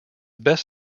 best